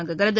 தொடங்குகிறது